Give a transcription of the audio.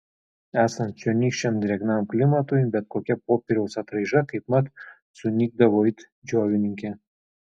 esant čionykščiam drėgnam klimatui bet kokia popieriaus atraiža kaipmat sunykdavo it džiovininkė